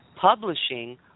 publishing